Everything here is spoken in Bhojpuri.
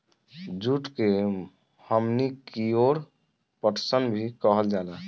जुट के हमनी कियोर पटसन भी कहल जाला